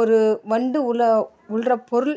ஒரு வண்டு உள்ளே உள்ளார பொருள்